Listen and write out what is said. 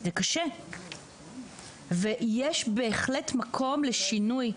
זה קשה ויש בהחלט מקום לשינוי.